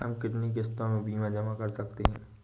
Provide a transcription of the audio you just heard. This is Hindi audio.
हम कितनी किश्तों में बीमा जमा कर सकते हैं?